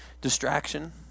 distraction